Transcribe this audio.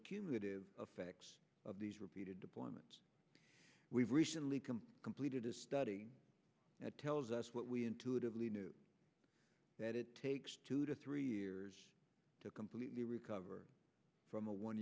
cumulative effects of these repeated deployments we've recently come completed a study that tells us what we intuitively knew that it takes two to three years to completely recover from a one